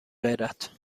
غیرت